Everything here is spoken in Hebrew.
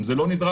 אם זה לא נדרש,